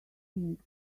think